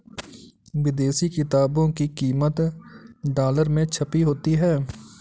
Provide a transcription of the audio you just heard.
विदेशी किताबों की कीमत डॉलर में छपी होती है